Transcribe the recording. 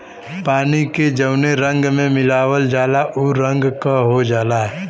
पानी के जौने रंग में मिलावल जाला उ रंग क हो जाला